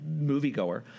moviegoer